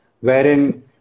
wherein